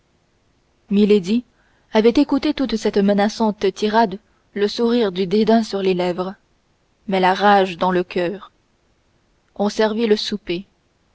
avait écouté toute cette menaçante tirade le sourire du dédain sur les lèvres mais la rage dans le coeur on servit le souper